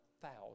thousands